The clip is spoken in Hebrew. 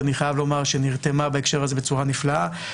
אני חייב לומר שנרתמה בהקשר הזה בצורה נפלאה.